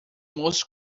most